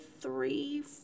three